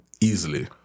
easily